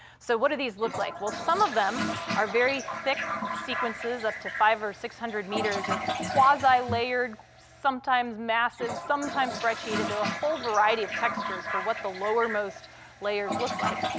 so what do these look like? well, some of them are very thick sequences, up to five hundred or six hundred meters of quasi-layered, sometimes massive, sometimes brecciated there are a whole variety of textures for what the lowermost layers look like,